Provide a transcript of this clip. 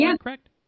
correct